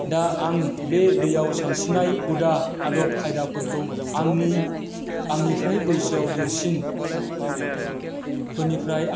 दा आं बे दैयाव सानस्रिनाय हुदा आदब खायदाफोरखौ आंनि आंनिफ्राय बैसोआव देरसिनफोरनिफ्राय